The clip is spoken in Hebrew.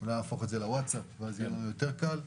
נהפוך את זה לווטסאפ ואז יהיה לנו יותר קל.